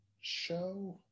show